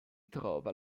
trova